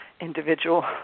individual